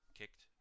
kicked